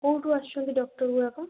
କେଉଁଠୁ ଆସୁଛନ୍ତି ଡକ୍ଟର ଗୁଡ଼ାକ